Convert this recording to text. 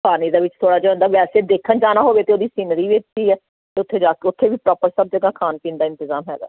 ਪਾਣੀ ਦਾ ਵਿੱਚ ਥੋੜ੍ਹਾ ਜਿਹਾ ਹੁੰਦਾ ਵੈਸੇ ਦੇਖਣ ਜਾਣਾ ਹੋਵੇ ਅਤੇ ਉਹਦੀ ਸਿਨਰੀ ਵੇਚੀ ਹੈ ਅਤੇ ਉੱਥੇ ਜਾ ਕੇ ਉੱਥੇ ਵੀ ਪ੍ਰੋਪਰ ਸਭ ਜਗ੍ਹਾ ਖਾਣ ਪੀਣ ਦਾ ਇੰਤਜ਼ਾਮ ਹੈਗਾ